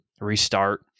restart